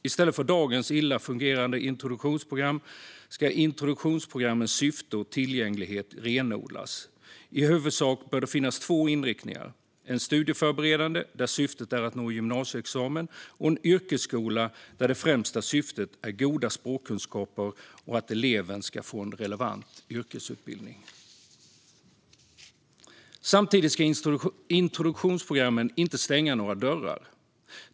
I stället för dagens illa fungerande introduktionsprogram ska introduktionsprogrammens syfte och tillgänglighet renodlas. I huvudsak bör det finnas två inriktningar: en studieförberedande, där syftet är att nå gymnasieexamen, och en yrkesskola, där det främsta syftet är goda språkkunskaper och att eleven ska få en relevant yrkesutbildning. Samtidigt ska introduktionsprogrammen inte stänga några dörrar.